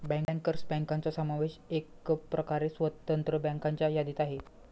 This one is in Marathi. बँकर्स बँकांचा समावेश एकप्रकारे स्वतंत्र बँकांच्या यादीत आहे